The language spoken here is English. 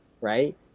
right